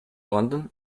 london